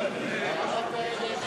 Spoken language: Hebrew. תודה רבה.